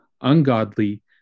ungodly